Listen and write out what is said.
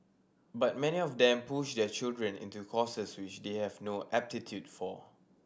but many of them push their children into courses which they have no aptitude for